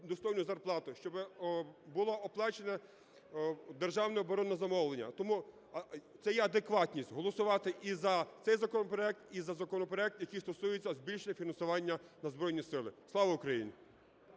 достойну зарплату, щоб було оплачене державне оборонне замовлення. Тому це є адекватність голосувати і за цей законопроект, і за законопроект, який стосується збільшення фінансування на Збройні Сили. Слава Україні!